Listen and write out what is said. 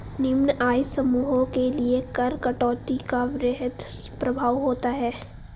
निम्न आय समूहों के लिए कर कटौती का वृहद प्रभाव होता है